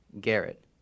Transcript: Garrett